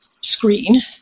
screen